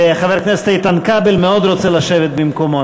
וחבר הכנסת איתן כבל מאוד מאוד רוצה לשבת במקומו,